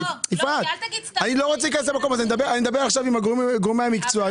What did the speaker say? אני מדבר עכשיו עם גורמי המקצוע.